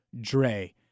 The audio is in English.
Dre